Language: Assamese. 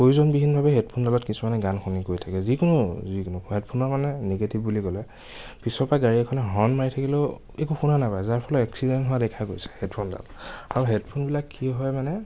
প্ৰয়োজনবিহীনভাৱে হেডফোনডালত কিছুমানে গান শুনি গৈ থাকে যিকোনো যিকোনো হেডফোনৰ মানে নিগেটিভ বুলি ক'লে পিছৰপৰা গাড়ী এখনে হৰ্ণ মাৰি থাকিলেও একো শুনা নাপায় যাৰ ফলত এক্সিডেণ্ট হোৱা দেখা গৈছে হেডফোনডাল আৰু হেডফোনবিলাক কি হয় মানে